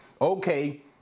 okay